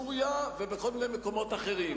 בסוריה ובכל מיני מקומות אחרים.